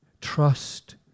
Trust